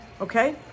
okay